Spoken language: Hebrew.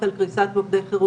מה שברור בראייה לאחור,